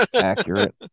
Accurate